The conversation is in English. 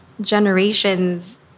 generations